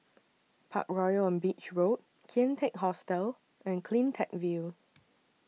Parkroyal on Beach Road Kian Teck Hostel and CleanTech View